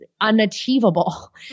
unachievable